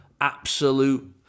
absolute